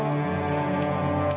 and